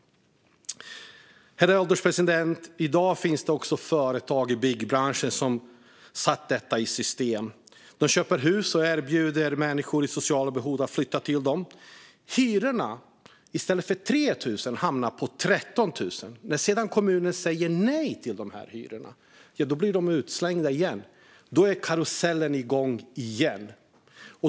Herr ålderspresident! I dag finns det också företag i byggbranschen som har satt detta i system. De köper hus och erbjuder människor med sociala behov att flytta dit. Hyrorna hamnar då på 13 000 i stället för 3 000. När sedan kommunerna säger nej till de här hyrorna blir människorna utslängda, och så är karusellen igång igen.